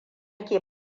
ke